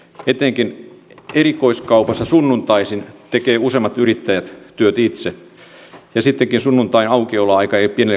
etenkin erikoiskaupassa sunnuntaisin tekevät useimmat yrittäjät työt itse ja sittenkään sunnuntain aukioloaika ei ole pienelle kauppiaalle kannattavaa